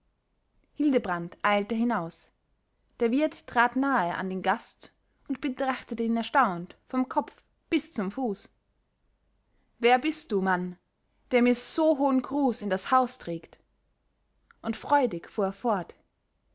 hildebrand eilte hinaus der wirt trat nahe an den gast und betrachtete ihn erstaunt vom kopf bis zum fuß wer bist du mann der mir so hohen gruß in das haus trägt und freudig fuhr er fort